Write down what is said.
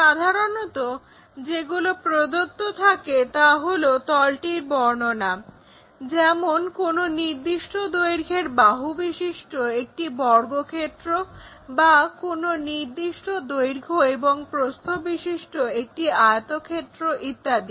সাধারণত যেগুলো প্রদত্ত থাকে তা হলো তলটির বর্ণনা যেমন কোনো নির্দিষ্ট দৈর্ঘ্যের বাহুবিশিষ্ট একটি বর্গক্ষেত্র বা কোনো নির্দিষ্ট দৈর্ঘ্য এবং প্রস্থ বিশিষ্ট একটি আয়তক্ষেত্র ইত্যাদি